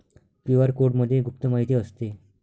QR कोडमध्ये गुप्त माहिती असते